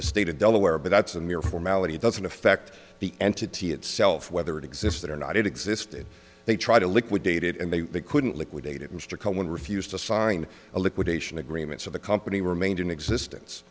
the state of delaware but that's a mere formality it doesn't affect the entity itself whether it existed or not it existed they try to liquidate it and they couldn't liquidate it mr cowen refused to sign a liquidation agreement so the company remained in existence